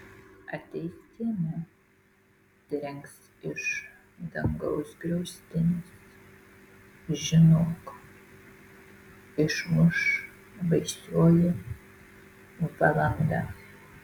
ateis diena trenks iš dangaus griaustinis žinok išmuš baisioji valanda